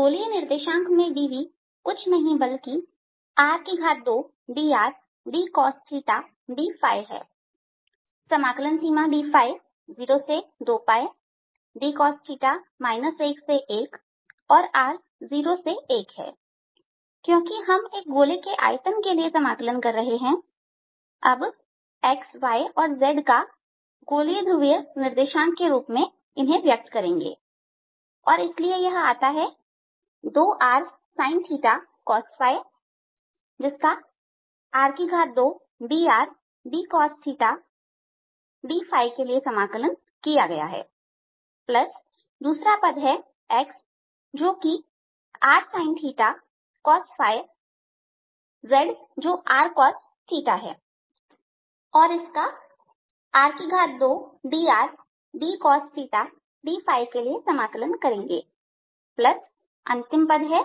गोलीय निर्देशांक में dV कुछ नहीं बल्कि r2dr dcosθdϕहै समाकलन सीमा dϕ 0 से 2d 1 से 1 और r 0 से 1 है क्योंकि हम एक गोले के लिए आयतन समाकलन कर रहे हैं अब xy और z को गोलीय ध्रुवीय निर्देशांक के रूप में व्यक्त करेंगे और इसलिए यह आता है 2rsin cos जिसका r2dr dcosθdϕ के लिए समाकलन किया गया है दूसरा पद है x जो कि rsin cos z जो rcos है और इसका r2dr dcosθdϕ के लिए समाकलन करेंगे अंतिम पद है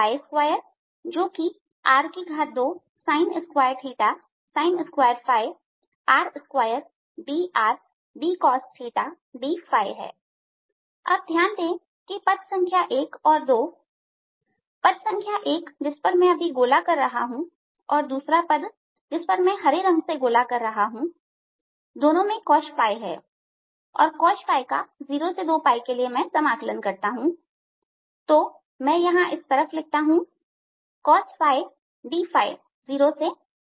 y2जो कि r2sin2 sin2 r2dr dcosθdϕ है अब ध्यान दें कि की पद संख्या 1 और 2 पद संख्या 1 जिस पर मैं अभी गोला कर रहा हूं और दूसरा पद जिस पर मैं हरे रंग से गोला कर रहा हूं दोनों में cosϕऔर यदि मैं cosϕ का 0 से 2 तक के लिए समाकलन करता हूं तो मैं यहां इस तरफ लिखता हूं 02 cosϕ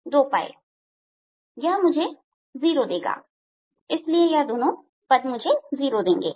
dϕयह मुझे 0 देता है और इसलिए यह दोनों पद 0 देंगे